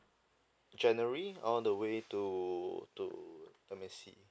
january all the way to to let me see